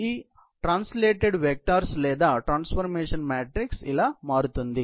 అనువాద వెక్టర్స్ లేదా transformation matrix ఇలా మారుతుంది